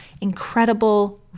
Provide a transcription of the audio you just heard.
incredible